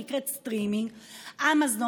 שנקראת סטרימינג אמזון,